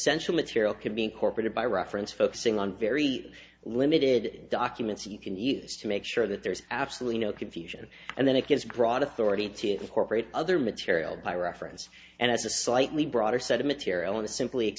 essential etherial can be incorporated by reference focusing on very limited documents you can use to make sure that there's absolutely no confusion and then it gives broad authority to incorporate other material by reference and as a slightly broader set of material and simply